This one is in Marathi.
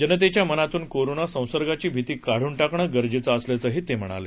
जनतेच्या मनातून कोरोना संसर्गाची भीती काढून टाकणं गरजेचं असल्याचं ते म्हणाले